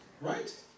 right